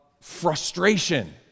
frustration